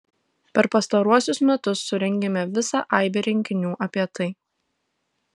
per pastaruosius metus surengėme visą aibę renginių apie tai